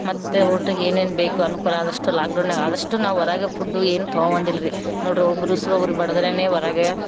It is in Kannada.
ಮತ್ತೆ ಊಟಕೇನೇನು ಬೇಕು ಅನುಕೂಲಾದಷ್ಟು ಲಾಕ್ ಡೌನಾಗ ಆದಷ್ಟು ನಾವು ಹೊರಗೆ ಫುಡ್ಡು ಏನು ತೊಗೊಬಂದಿಲ್ರಿ ನೋಡ್ರಿ ಒಬ್ರ ಉಸ್ರು ಒಬ್ರ ಬಡಿದ್ರೇ ಹೊರಗೆ